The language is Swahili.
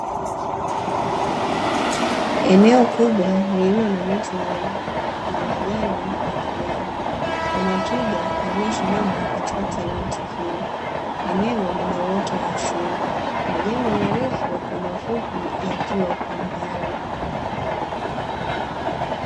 Eneo kubwa lililo na miti mingi na majani ya kijani, kuna twiga aliyesimama katikati ya miti hiyo, eneo lina uoto wa asili majengo marefu kwa mafupi yakiwa kwa mbali.